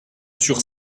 sur